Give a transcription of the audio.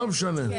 כן.